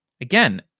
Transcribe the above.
again